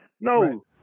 No